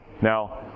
Now